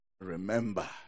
Remember